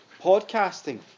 podcasting